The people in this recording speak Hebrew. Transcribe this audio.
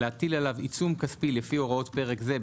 -- "להטיל עליו עיצום כספי לפי הוראות פרק זה,